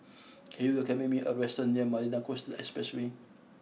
can you recommend me a restaurant near Marina Coastal Expressway